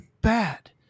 bad